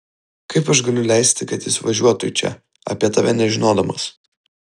kaip aš galiu leisti kad jis važiuotų į čia apie tave nežinodamas